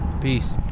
peace